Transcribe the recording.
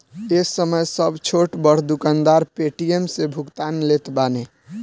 ए समय सब छोट बड़ दुकानदार पेटीएम से भुगतान लेत बाने